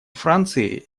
франции